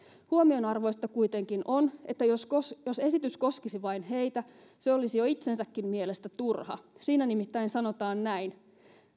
huomionarvoista kuitenkin on että jos esitys koskisi vain heitä se olisi jo itsensäkin mielestä turha siinä nimittäin sanotaan näin